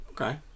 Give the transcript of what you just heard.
Okay